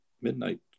Midnight